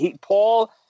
Paul